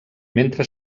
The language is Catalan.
mentre